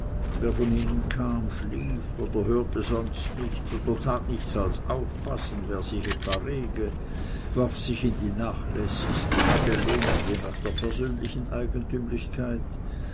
wer von ihnen kam schlief oder hörte sonst nichts oder tat nichts als aufpassen wer sich etwa rege warf sich in die nachlässigste stellung je nach der persönlichen eigentümlichkeit